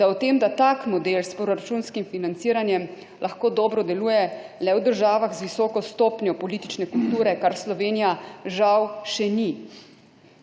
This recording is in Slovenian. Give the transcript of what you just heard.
da o tem, da tak model s proračunskim financiranjem lahko dobro deluje le v državah z visoko stopnjo politične kulture, kar Slovenija, žal, še ni,